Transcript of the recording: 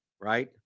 right